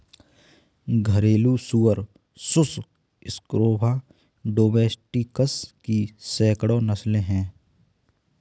घरेलू सुअर sus scrofa domesticus की सैकड़ों नस्लें हैं